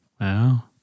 Wow